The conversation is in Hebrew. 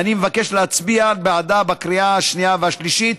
ואני מבקש להצביע בעדה בקריאה השנייה והשלישית.